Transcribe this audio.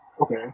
Okay